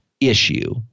issue